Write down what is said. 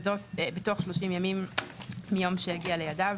בתוך 30 ימים מיום שהגיע לידיו,